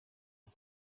een